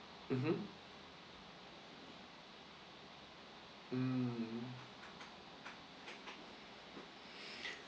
mmhmm mm